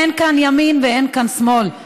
אין כאן ימין ואין כאן שמאל.